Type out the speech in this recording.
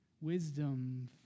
Wisdom